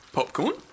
Popcorn